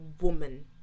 woman